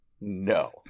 No